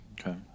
Okay